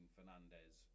Fernandez